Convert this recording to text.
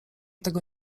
tego